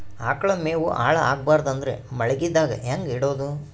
ಆಕಳ ಮೆವೊ ಹಾಳ ಆಗಬಾರದು ಅಂದ್ರ ಮಳಿಗೆದಾಗ ಹೆಂಗ ಇಡೊದೊ?